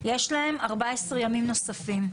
יש להם 14 ימים נוספים.